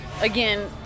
again